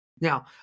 Now